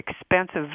expensive